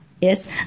Yes